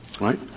Right